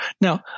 Now